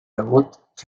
debut